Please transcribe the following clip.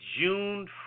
June